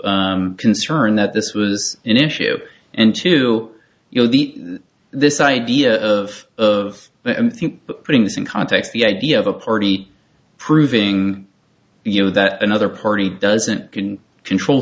concern that this was an issue and to you know the this idea of of putting this in context the idea of a party proving you know that another party doesn't can control